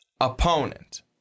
opponent—